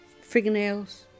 fingernails